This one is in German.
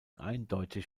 eindeutig